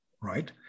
right